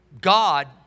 God